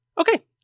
Okay